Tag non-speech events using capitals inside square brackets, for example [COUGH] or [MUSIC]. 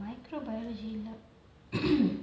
microbiology laboratory [NOISE]